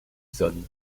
sonne